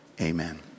Amen